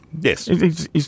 Yes